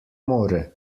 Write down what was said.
more